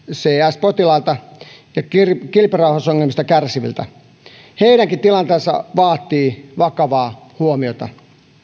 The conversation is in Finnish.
mcs potilailta ja kilpirauhasongelmista kärsiviltä heidänkin tilanteensa vaatii vakavaa huomiota